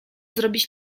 zrobić